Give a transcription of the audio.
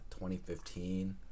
2015